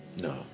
no